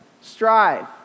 strive